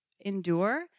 endure